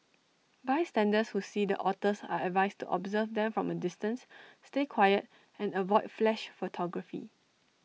bystanders who see the otters are advised to observe them from A distance stay quiet and avoid flash photography